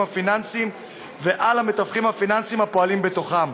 הפיננסיים ועל המתווכים הפיננסיים הפועלים בתוכם.